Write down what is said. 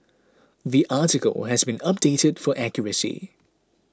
the article has been updated for accuracy